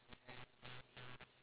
K very good